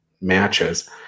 matches